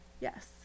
Yes